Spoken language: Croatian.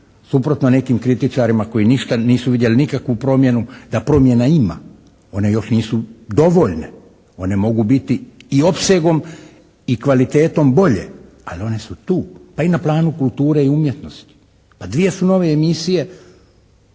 suprotno nekim kritičarima koji ništa, nisu vidjeli nikakvu promjenu da promjena ima, one još nisu dovoljne. One mogu biti i opsegom i kvalitetom bolje ali one su tu, pa i na planu kulture i umjetnosti. Pa dvije su nove emisije